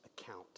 account